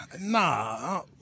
nah